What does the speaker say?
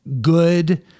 good